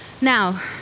Now